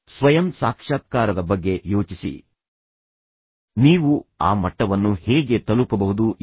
ಸ್ವಯಂ ಸಾಕ್ಷಾತ್ಕಾರದ ಬಗ್ಗೆ ಯೋಚಿಸಿ ನೀವು ಆ ಮಟ್ಟವನ್ನು ಹೇಗೆ ತಲುಪಬಹುದು ಎಂದು